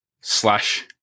slash